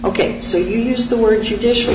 ok so you use the word judicial